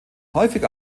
häufig